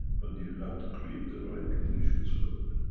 but you have to create the right conditions for it.